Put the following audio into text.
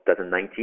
2019